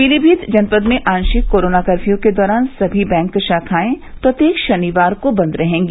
पीलीमीत जनपद में आशिक कोरोना कपर्यू के दौरान सभी बैंक शाखाए प्रत्येक शनिवार को बन्द रहेगी